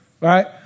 Right